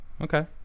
Okay